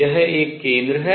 यह एक केंद्र है